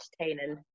entertaining